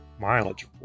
mileage